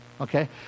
Okay